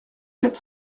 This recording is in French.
quatre